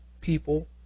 people